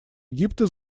египта